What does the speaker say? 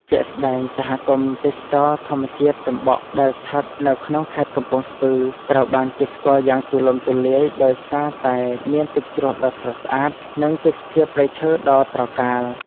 ជាក់ស្ដែង សហគមន៍ទេសចរណ៍ធម្មជាតិចំបក់ ដែលស្ថិតនៅក្នុងខេត្តកំពង់ស្ពឺ ត្រូវបានគេស្គាល់យ៉ាងទូលំទូលាយដោយសារតែមានទឹកជ្រោះដ៏ស្រស់ស្អាត និងទេសភាពព្រៃឈើដ៏ត្រកាល។